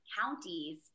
counties